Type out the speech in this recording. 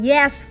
Yes